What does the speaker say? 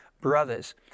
brothers